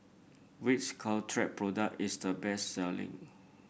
which Caltrate product is the best selling